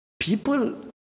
People